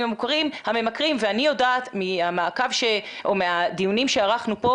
הממכרים ואני יודעת מהמעקב או מהדיונים שערכנו פה,